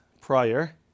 prior